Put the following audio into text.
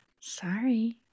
Sorry